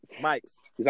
Mike's